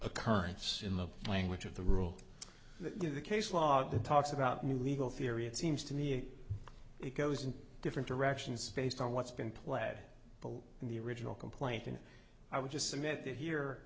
occurrence in the language of the rule that the case law that talks about new legal theory it seems to me is it goes in different directions based on what's been pled but in the original complaint and i would just submit that here